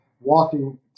walking